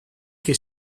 che